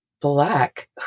black